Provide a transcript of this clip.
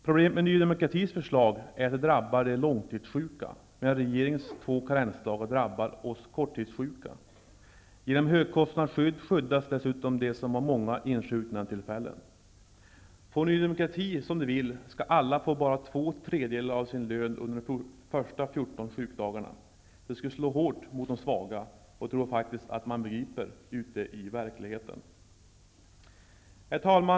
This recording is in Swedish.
Problemet med Ny demokratis förslag är att det drabbar de långtidssjuka, medan regeringens två karensdagar drabbar oss korttidssjuka. Genom högkostnadsskydd skyddas dessutom de som har många insjuknandetillfällen. Får Ny demokrati som de vill skall alla få bara två tredjedelar av sin lön under de första 14 sjukdagarna. Det skulle slå hårt mot de svaga, och det tror jag faktiskt att man begriper ute i verkligheten. Herr talman!